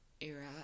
era